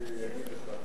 הוא יגיד לך,